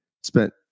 spent